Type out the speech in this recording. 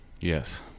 Yes